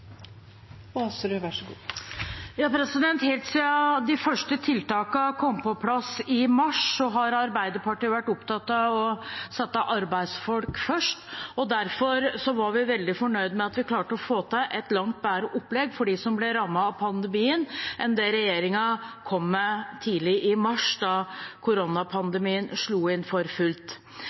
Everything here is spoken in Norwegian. vært opptatt av å sette arbeidsfolk først. Derfor var vi veldig fornøyd med at vi klarte å få til et langt bedre opplegg for dem som ble rammet av pandemien, enn det regjeringen kom med tidlig i mars, da koronapandemien slo inn for fullt.